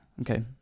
Okay